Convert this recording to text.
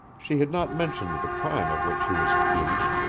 she had not mentioned the crime of which he was accused,